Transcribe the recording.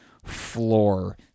Floor